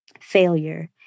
failure